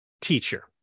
teacher